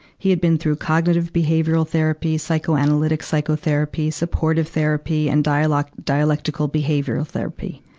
he had been through cognitive behavioral therapy, psychoanalytic psychotherapy, supportive therapy, and dialectic, dialectical behavioral therapy.